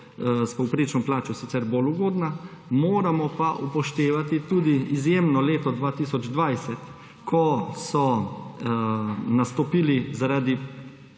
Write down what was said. s povprečno plačo sicer ugodnejša, moramo pa upoštevati tudi izjemno leto 2020, ko so nastopili zaradi